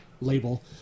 label